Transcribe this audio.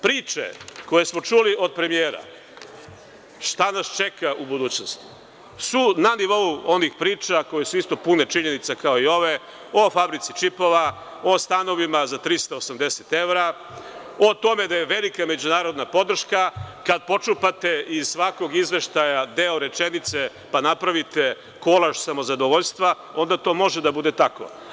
Priče koje smo čuli od premijera šta nas čeka u budućnosti su na nivou onih priča koje su isto pune činjenica kao i ove o fabrici čipova, o stanovima za 380 evra, o tome da je velika međunarodna podrška kada počupate iz svakog izveštaja deo rečenice pa napravite kolaž samozadovoljstva, onda to može da bude tako.